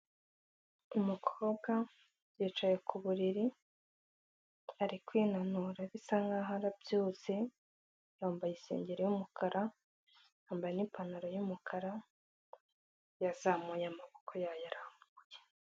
Umukobwa yicaye ku buriri, ari kwinanura bisa nk'aho arabyutse, yambaye isengeri y'umukara, yambaye n'ipantaro y'umukara, yazamuye amaboko yayarambuye.